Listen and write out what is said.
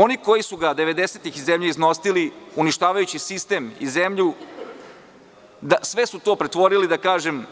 Oni koji su ga 90-ih godina iz zemlje iznosili, uništavajući sistem i zemlju, sve su to pretvorili, da kažem, u